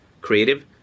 creative